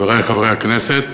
חברי חברי הכנסת,